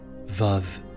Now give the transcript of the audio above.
Vav